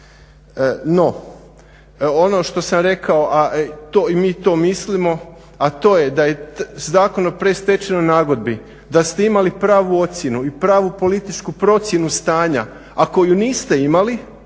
No ono što sam rekao i mi to mislimo a to je da je Zakon o predstečajnoj nagodbi, da ste imali pravu ocjenu i pravu političku procjenu stanja a koju niste imali,